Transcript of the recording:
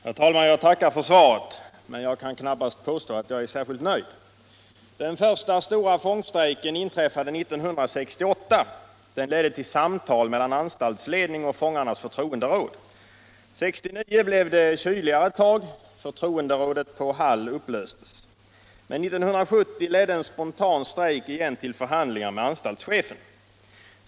Herr talman! Jag tackar för svaret. Men jag kan knappast påstå att jag är särskilt nöjd. Den första stora fångstrejken inträffade 1968. Den ledde till samtal mellan anstaltsledningen och fångarnas förtroenderåd. År 1969 blev det kyligare och förtroenderådet på Hall upplöstes. Men 1970 ledde en spontan strejk igen till förhandlingar med anstaltschefen.